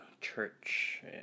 church